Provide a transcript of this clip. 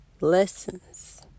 lessons